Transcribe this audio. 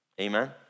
Amen